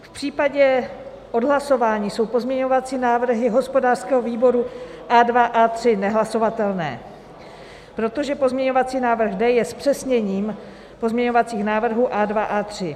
V případě odhlasování jsou pozměňovací návrhy hospodářského výboru A2, A3 nehlasovatelné, protože pozměňovací návrh D je zpřesněním pozměňovacích návrhů A2, A3.